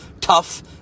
tough